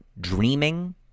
dreaming